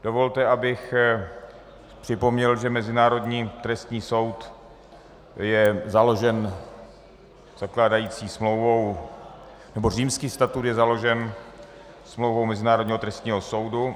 Dovolte, abych připomněl, že Mezinárodní trestní soud je založen zakládající smlouvou, nebo Římský statut je založen smlouvou Mezinárodního trestního soudu.